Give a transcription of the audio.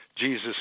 Jesus